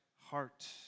heart